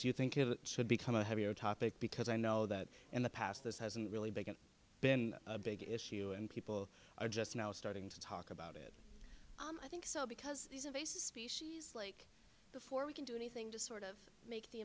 do you think it should become a heavier topic because i know that in the past this hasn't really big and been a big issue and people are just now starting to talk about it i think so because of a species like before we can do anything to sort of make the